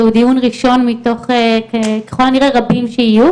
זהו דיון ראשון מתוך ככל הנראה רבים שיהיו,